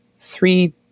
three